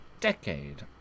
decade